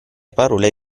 parole